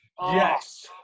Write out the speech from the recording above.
Yes